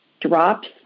drops